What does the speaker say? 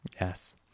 Yes